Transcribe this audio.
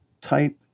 type